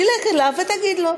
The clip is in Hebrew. תלך אליו ותגיד לו.